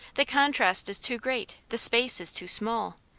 the contrast is too great, the space is too small.